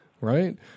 Right